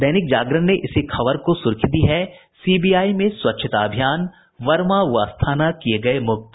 दैनिक जागरण ने इसी खबर को सुर्खी दी है सीबीआई में स्वच्छता अभियान वर्मा व अस्थाना किये गये मुक्त